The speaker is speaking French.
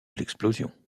l’explosion